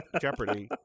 Jeopardy